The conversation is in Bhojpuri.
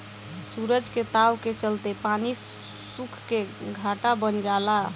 सूरज के ताव के चलते पानी सुख के घाटा बन जाला